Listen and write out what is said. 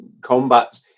combat